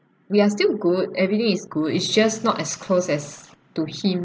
we are still good everything is good it's just not as close as to him